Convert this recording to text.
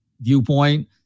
viewpoint